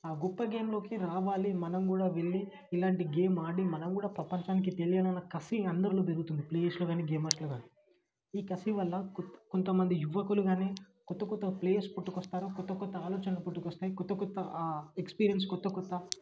ఆ గొప్ప గేమ్లోకి రావాలి మనం కూడా వెళ్ళి ఇలాంటి గేమ్ ఆడి మనము కూడా ప్రపంచానికి తెలియాలి అన్న కసి అందరిలో పెరుగుతుంది ప్లేయర్స్లో గానీ గేమర్స్లో గానీ ఈ కసి వల్ల కొంత కొంతమంది యువకులు గానీ కొత్త కొత్త ప్లేయర్స్ పుట్టుకొస్తారు కొత్త కొత్త ఆలోచన్లు పుట్టుకొస్తాయి కొత్త కొత్త ఎక్స్పీరియన్స్ కొత్త కొత్త